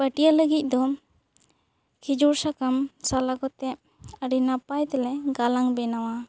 ᱯᱟᱹᱴᱤᱭᱟᱹ ᱞᱟᱹᱜᱤᱫ ᱫᱚ ᱠᱷᱤᱡᱩᱨ ᱥᱟᱠᱟᱢ ᱥᱟᱞᱟ ᱠᱚᱛᱮ ᱟᱹᱰᱤ ᱱᱟᱯᱟᱭ ᱛᱮᱞᱮ ᱜᱟᱞᱟᱝ ᱵᱮᱱᱟᱣᱟ